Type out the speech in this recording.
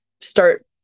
start